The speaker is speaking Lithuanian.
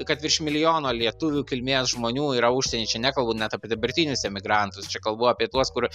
kad virš milijono lietuvių kilmės žmonių yra užsie čia nekalbu net apie dabartinius emigrantus čia kalbu apie tuos kur